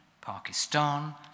Pakistan